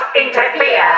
interfere